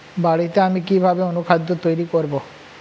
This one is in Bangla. বাড়িতে আমি কিভাবে অনুখাদ্য তৈরি করব?